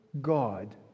God